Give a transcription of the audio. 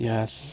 Yes